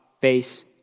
face